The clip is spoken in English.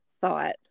thought